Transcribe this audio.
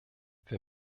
wir